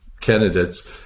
candidates